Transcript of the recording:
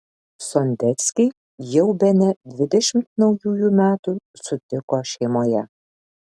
sondeckiai jau bene dvidešimt naujųjų metų sutiko šeimoje